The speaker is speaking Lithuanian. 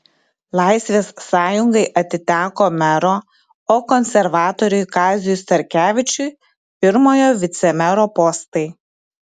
laisvės sąjungai atiteko mero o konservatoriui kaziui starkevičiui pirmojo vicemero postai